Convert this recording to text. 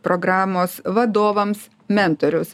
programos vadovams mentorius